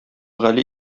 гали